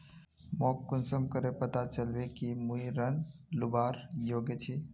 मोक कुंसम करे पता चलबे कि मुई ऋण लुबार योग्य छी?